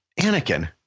Anakin